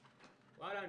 וואלה,